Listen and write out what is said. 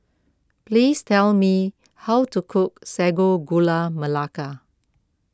please tell me how to cook Sago Gula Melaka